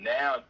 Now